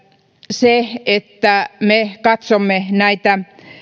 se että me katsomme näitä